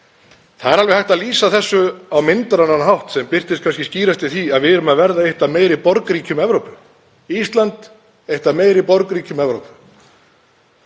Það er alveg hægt að lýsa þessu á myndrænan hátt sem birtist kannski skýrast í því að við erum að verða eitt af meiri borgríkjum Evrópu, Ísland, eitt af meiri borgríkjum Evrópu.